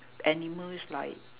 animals like